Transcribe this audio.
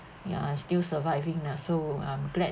yeah I'm still surviving lah so I'm glad